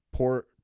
poor